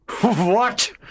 What